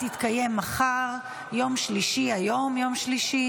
(הקפאת שכר נושאי משרה ברשויות השלטון וברשויות